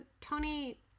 Tony